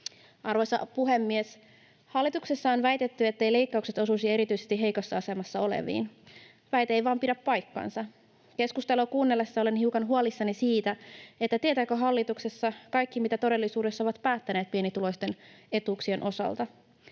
Arvoisa puhemies! Hallituksessa on väitetty, etteivät leikkaukset osuisi erityisesti heikossa asemassa oleviin. Väite ei vain pidä paikkaansa. Keskustelua kuunnellessani olen hiukan huolissani, tietävätkö hallituksessa kaikki, mitä todellisuudessa ovat päättäneet pienituloisten etuuksien osalta.